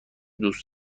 دوست